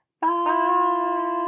Bye